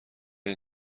این